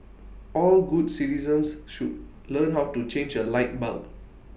all good citizens should learn how to change A light bulb